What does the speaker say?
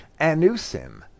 Anusim